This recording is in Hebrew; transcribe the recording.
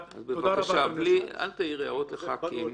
אז בבקשה, אל תעיר הערות לח"כים.